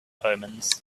omens